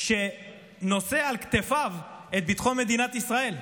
שנושא על כתפיו את ביטחון מדינת ישראל.